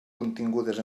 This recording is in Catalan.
contingudes